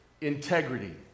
integrity